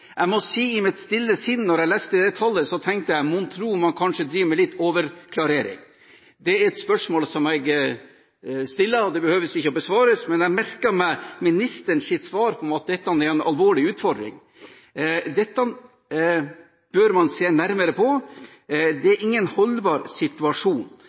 Jeg må si at jeg tenkte i mitt stille sinn da jeg leste det tallet: Mon tro om man kanskje driver med litt overklarering? Det er et spørsmål som jeg stiller. Det behøver ikke å besvares, men jeg merket meg ministerens svar om at dette er en alvorlig utfordring. Dette bør man se nærmere på. Det er ingen holdbar situasjon.